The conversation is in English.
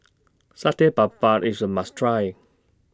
Satay Babat IS A must Try